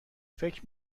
فکر